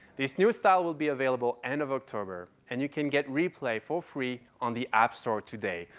this new style will be available end of october and you can get replay for free on the app store today.